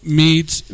meets